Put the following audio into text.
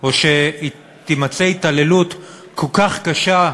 או שתימצא התעללות כל כך קשה,